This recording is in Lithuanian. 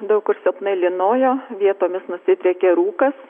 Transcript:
daug kur silpnai lynojo vietomis nusidriekė rūkas